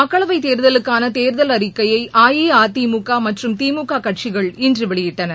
மக்களவைத் தேர்தலுக்காள தேர்தல் அறிக்கையை அஇஅதிமுக மற்றும் திமுக கட்சிகள் இன்று வெளியிட்டன